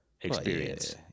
experience